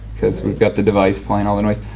because we've got the device playing all the noise.